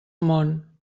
món